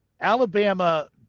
Alabama